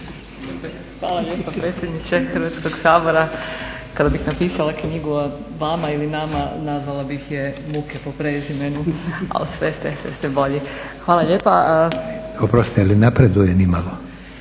Hvala lijepo predsjedniče Hrvatskog sabora. Kada bih napisala knjigu o vama ili nama nazvala bih je "Muke po prezimenu", ali sve ste, sve ste bolji. Hvala lijepa. …/Upadica predsjednik: